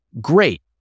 great